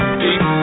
deep